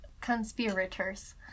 conspirators